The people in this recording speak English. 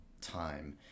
time